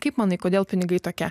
kaip manai kodėl pinigai tokia